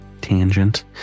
tangent